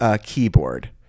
keyboard